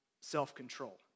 self-control